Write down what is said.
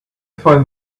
find